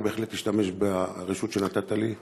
אני בהחלט אשתמש ברשות שנתת לי.